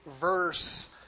verse